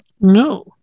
No